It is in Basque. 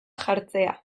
jartzea